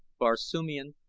barsoomian,